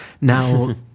now